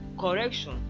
correction